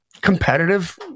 competitive